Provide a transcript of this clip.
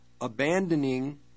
abandoning